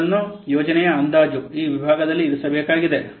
ಅವುಗಳನ್ನು ಯೋಜನೆಯ ಅಂದಾಜು ಈ ವಿಭಾಗದಲ್ಲಿ ಇರಿಸಬೇಕಾಗಿದೆ